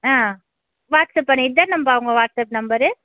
ஆ WhatsApp பண் இதானேப்பா உங்கள் வாட்சப் நம்பரு